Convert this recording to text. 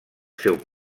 seu